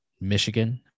Michigan